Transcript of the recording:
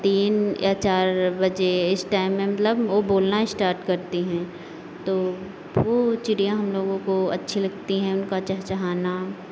तीन या चार बजे इस टाइम में मतलब वो बोलना स्टार्ट करती हैं तो वो चिड़िया हम लोगों को अच्छी लगती हैं उनका चहचहाना